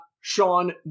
Sean